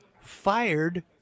fired